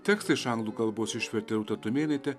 tekstą iš anglų kalbos išvertė rūta tumėnaitė